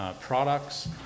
products